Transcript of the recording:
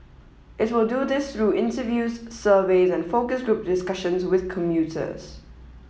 it will do this through interviews surveys and focus group discussions with commuters